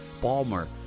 balmer